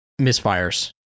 misfires